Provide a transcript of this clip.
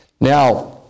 Now